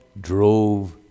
drove